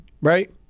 right